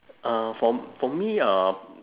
uh for for me uh